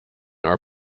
are